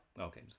Okay